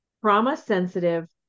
trauma-sensitive